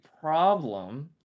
problem